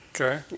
Okay